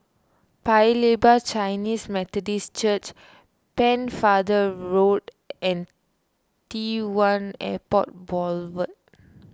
Paya Lebar Chinese Methodist Church Pennefather Road and T one Airport Boulevard